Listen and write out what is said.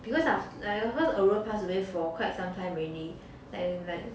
because af~ because oreo pass away for quite some time already like like